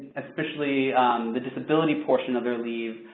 especially the disability portion of their leave,